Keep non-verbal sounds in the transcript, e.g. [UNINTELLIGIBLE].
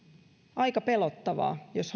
aika pelottavaa jos [UNINTELLIGIBLE]